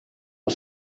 els